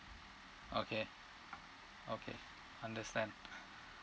okay okay understand